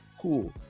Cool